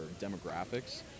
demographics